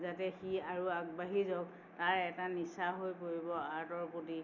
যাতে সি আৰু আগবাঢ়ি যাওক তাৰ এটা নিচা হৈ পৰিব আৰ্টৰ প্ৰতি